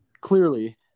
clearly